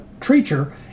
Treacher